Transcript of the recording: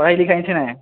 पढ़ै लिखै छी नहि